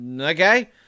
okay